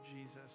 Jesus